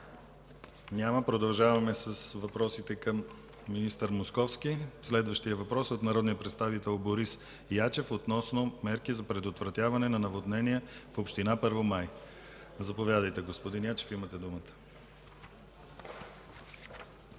Няма. Продължаваме с въпросите към министър Московски. Следващият въпрос е от народния представител Борис Ячев относно мерки за предотвратяване на наводнения в община Първомай. Заповядайте, господин Ячев, имате думата.